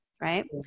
Right